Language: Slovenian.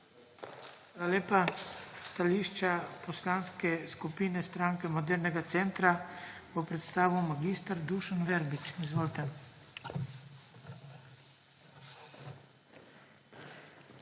lepa. Stališče Poslanske skupine Stranke modernega centra bo predstavil mag. Dušan Verbič. Izvolite.